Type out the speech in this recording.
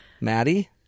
Maddie